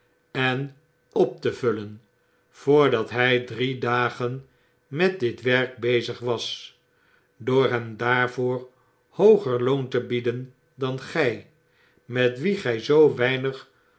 en op te vullen voordat hj drie dagen met dit werk bezig was door hem daarvoor hooger loon te bieden dan gg met wien gy zoo weinig